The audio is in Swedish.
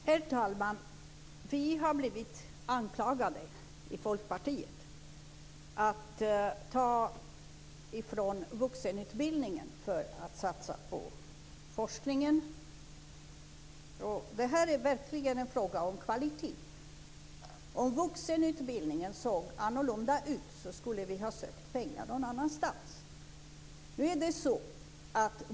Herr talman! Vi i Folkpartiet har blivit anklagade för att ta från vuxenutbildningen för att satsa på forskningen. Detta är verkligen en fråga om kvalitet. Om vuxenutbildningen såg annorlunda ut skulle vi ha sökt pengar någon annanstans.